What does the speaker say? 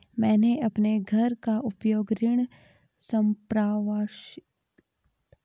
मैंने अपने घर का उपयोग ऋण संपार्श्विक के रूप में किया है